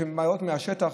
שבאות מהשטח,